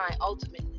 ultimately